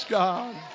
God